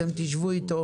אתם תשבו איתו